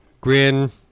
grin